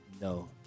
No